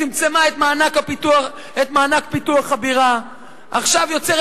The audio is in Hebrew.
צמצמה את מענק פיתוח הבירה ועכשיו יוצרת